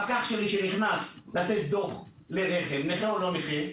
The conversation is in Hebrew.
פקח שנכנס לתת דוח לנכה או לא נכה,